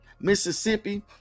mississippi